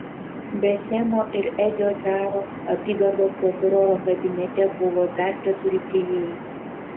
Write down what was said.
be semo ir edžio zaro apygardos prokuroro kabinete buvo dar keturi tyrėjai